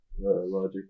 logic